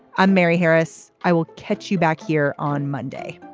i'm mary harris. i will catch you back here on monday